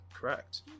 correct